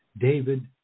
David